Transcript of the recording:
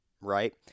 right